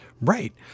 Right